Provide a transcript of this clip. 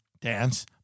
dance